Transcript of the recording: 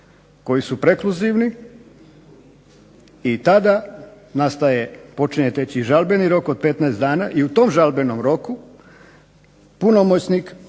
koji su prekluzivni i tada počinje teći žalbeni rok od 15 dana i u tom žalbenom roku punomoćnik